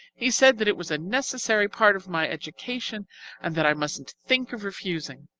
he said that it was a necessary part of my education and that i mustn't think of refusing.